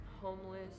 homeless